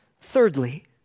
Thirdly